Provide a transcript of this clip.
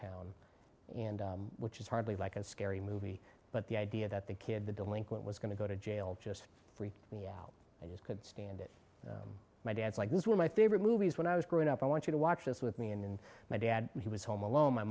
town and which is hardly like a scary movie but the idea that the kid the delinquent was going to go to jail just freaked me out i just couldn't stand it my dad's like those were my favorite movies when i was growing up i want you to watch this with me and my dad when he was home alone my